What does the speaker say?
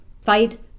fight